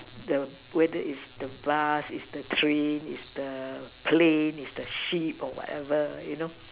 the whether is the bus is the train is the plane is the ship or whatever you know